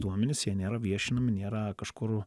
duomenys jie nėra viešinami nėra kažkur